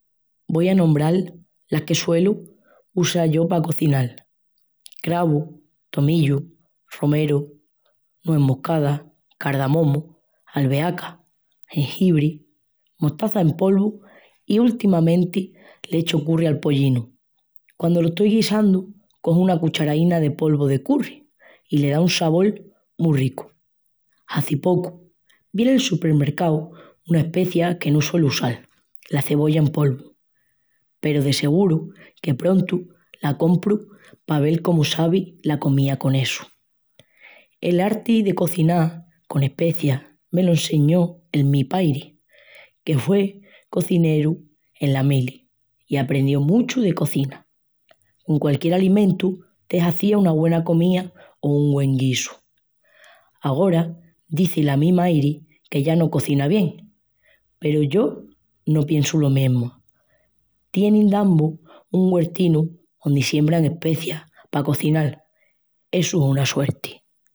Voi a nombral las que suelu usal yo pa cozinal: cravu, tomillu, romeru, nues moscada, cardamomu, albeaca, jengibri, mostaza en polvu i, últimamenti, l'echu curry al pollinu. Quandu lo estoi guisandu, coju una cucharaína de polvu de curry i le da un sabol mu ricu. Hazi pocu vi nel supermercau una especia que no suelu usal, la cebolla en polvu, peru de seguru que prontu la compru pa vel cómu sabi la comía con essu. El arti de coziná con especias me lo enseñó el mi pairi, que hue cozineru ena mili i aprendió muchu de cozina. Con qualquiel alimentu te hazia una güena comía o un güen guisu. Agora dizi la mi mairi que ya no cozina bien, peru yo no piensu lo mesmu. Tienin dambus un güertinu ondi siembran especias pa cozinal, essu es una suerti.